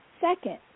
second